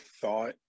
thought